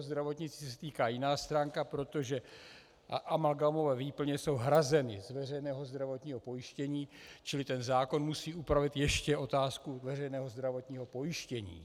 Zdravotnictví se týká jiná stránka, protože amalgámové výplně jsou hrazeny z veřejného zdravotního pojištění, čili ten zákon musí upravit ještě otázku veřejného zdravotního pojištění.